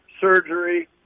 Surgery